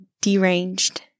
Deranged